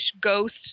ghost